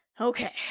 Okay